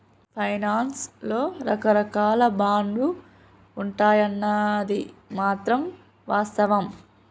finance లో రకరాకాల బాండ్లు ఉంటాయన్నది మాత్రం వాస్తవం